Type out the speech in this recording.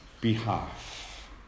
Behalf